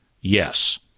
yes